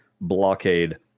Blockade